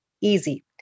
easy